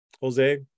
Jose